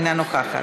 אינה נוכחת.